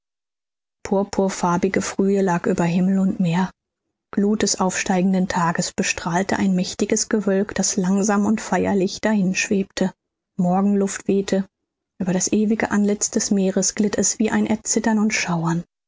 purpurfarbige frühe lag über himmel und meer gluth des aufsteigenden tages bestrahlte ein mächtiges gewölk das langsam und feierlich dahinschwebte morgenluft wehte über das ewige antlitz des meeres glitt es wie ein erzittern und schauern